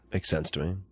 makes sense to me.